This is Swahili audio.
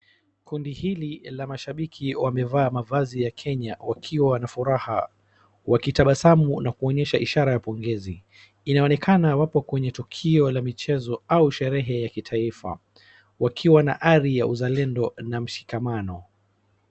Kundi hili la mashabiki wamevaa mavazi ya Kenya wakiwa na furaha wakitabasamu na kuonyesha ishara ya pongezi, inaonekana wapo kwenye tukio la michezo au sherehe ya kitaifa wakiwa na hadhi ya uzalendo na ushikamano.